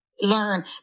learn